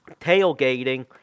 Tailgating